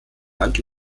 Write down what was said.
land